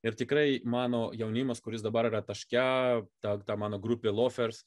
ir tikrai mano jaunimas kuris dabar yra taške ta ta mano grupė lofers